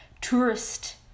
tourist